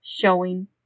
showing